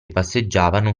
passeggiavano